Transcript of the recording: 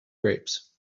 grapes